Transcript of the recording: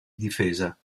difesa